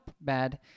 bad